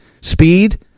Speed